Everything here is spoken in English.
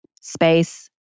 space